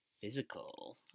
Physical